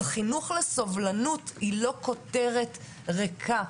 חינוך לסובלנות היא לא כותרת ריקה,